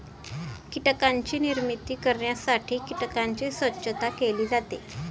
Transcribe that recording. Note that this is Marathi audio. कीटकांची निर्मिती करण्यासाठी कीटकांची स्वच्छता केली जाते